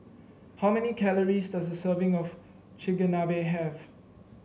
how many calories does a serving of Chigenabe have